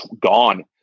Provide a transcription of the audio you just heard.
gone